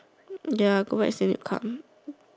then I go back still need to come